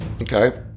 Okay